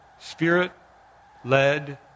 spirit-led